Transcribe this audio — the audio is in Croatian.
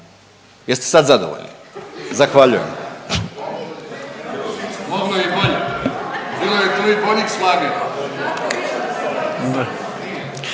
Jeste sad zadovoljni? Zahvaljujem.